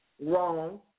Wrong